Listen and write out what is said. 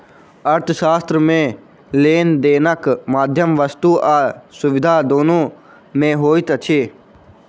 अर्थशास्त्र मे लेन देनक माध्यम वस्तु आ सुविधा दुनू मे होइत अछि